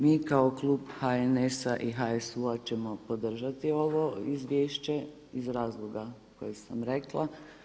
Mi kao klub HNS-a i HSU-a ćemo podržati ovo izvješće iz razloga kojeg sam rekla.